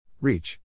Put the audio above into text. Reach